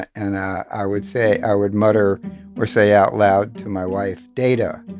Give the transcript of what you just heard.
and i would say i would mutter or say out loud to my wife, data.